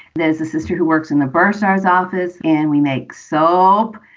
there's a sister who works in the bursar's office and we make soap.